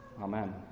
Amen